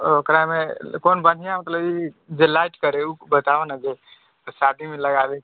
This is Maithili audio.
ओकरामे क़ोन बढ़िऑं होलऽ जे लाइट करऽ ओ बताबऽ ने जे शादीमे लगाबी